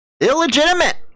Illegitimate